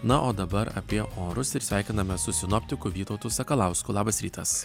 na o dabar apie orus ir sveikinamės su sinoptiku vytautu sakalausku labas rytas